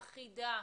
אחידה,